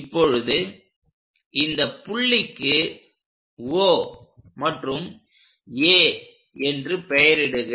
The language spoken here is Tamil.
இப்பொழுது இந்தப் புள்ளிக்கு Oமற்றும் A என்று பெயரிடுக